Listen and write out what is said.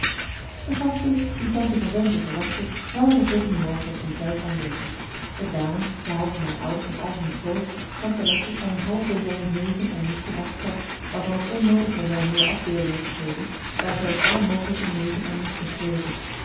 de gasten die tante van bempden verwachtte waren den volgenden morgen op hun tijd aanwezig het waren behalve mijn ouders met al hun kroost tante letje en een half dozijn neven en nichten uit de stad waarvan het onnoodig zou zijn hier de afbeeldingen te geven daar zij op alle mogelijke neven en nichten geleken